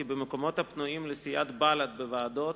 כי במקומות הפנויים לסיעת בל"ד בוועדות